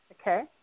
okay